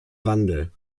wandel